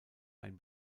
ein